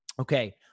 Okay